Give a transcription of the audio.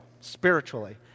spiritually